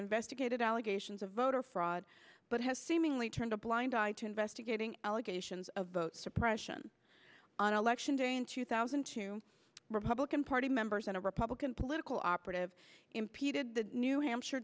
investigated allegations of voter fraud but has seemingly turned a blind eye to investigating allegations of vote suppression on election day in two thousand to republican party members and a republican political operative impeded the new hampshire